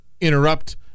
interrupt